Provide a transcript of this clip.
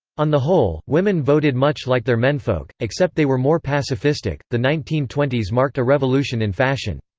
on the whole, women voted much like their menfolk, except they were more pacifistic the nineteen twenty s marked a revolution in fashion.